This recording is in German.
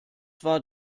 war